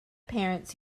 parents